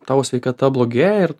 tavo sveikata blogėja ir